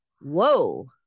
Whoa